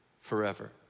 forever